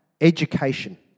education